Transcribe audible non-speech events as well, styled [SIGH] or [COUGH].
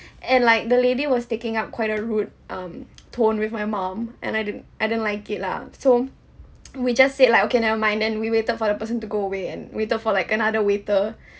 [BREATH] and like the lady was taking up quite a rude um [NOISE] tone with my mom and I didn't I didn't like it lah so [NOISE] we just said like okay never mind and we waited for the person to go away and waited for like another waiter [BREATH]